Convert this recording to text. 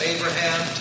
Abraham